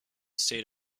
stayed